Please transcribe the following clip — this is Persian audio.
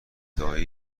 دایه